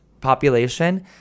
population